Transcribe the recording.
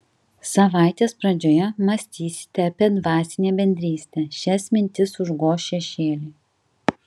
savaitės pradžioje mąstysite apie dvasinę bendrystę šias mintis užgoš šešėliai